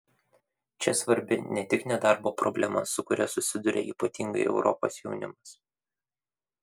čia svarbi ne tik nedarbo problema su kuria susiduria ypatingai europos jaunimas